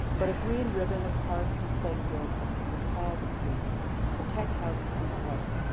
but a green ribbon of parks and play fields that could recall the creek protect houses from flooding,